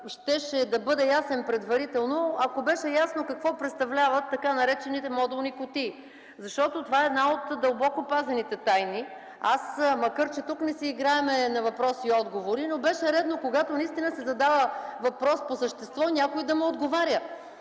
щеше да бъде ясен предварително, ако беше ясно какво представляват така наречените модулни кутии. Това е една от дълбоко пазените тайни. Макар че тук не си играем на въпроси и отговори, беше редно, когато се задава въпрос по същество, някой да му отговаря.